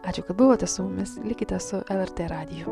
ačiū kad buvote su mumis likite su lrt radiju